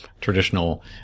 traditional